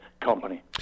company